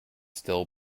still